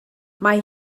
mae